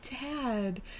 dad